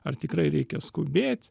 ar tikrai reikia skubėt